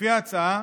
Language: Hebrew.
לפי ההצעה,